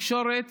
בתקשורת